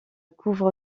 couvre